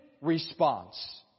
response